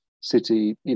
city